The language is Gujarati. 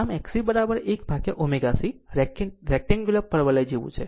આમ XC 1 ω C રેક્ટેન્ગલ પરવલય જેવું લાગે છે